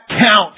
count